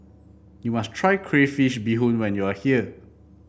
you must try Crayfish Beehoon when you are here